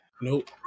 Nope